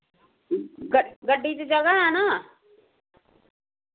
ग गड्डी च जगह है ना